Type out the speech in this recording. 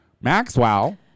Maxwell